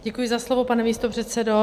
Děkuji za slovo, pane místopředsedo.